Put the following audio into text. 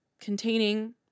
containing